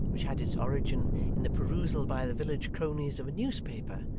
which had its origin in the perusal by the village cronies of a newspaper,